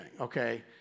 Okay